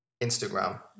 Instagram